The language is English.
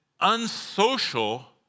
unsocial